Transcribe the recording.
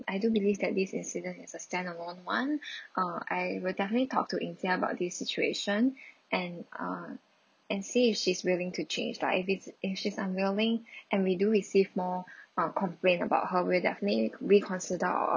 I do believe that this incident is a standalone [one] uh I will definitely talk to ying jie about this situation and uh and see if she's willing to change lah if it's if she's unwilling and we do receive more uh complaint about her we definitely we reconsider our